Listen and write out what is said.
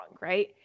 right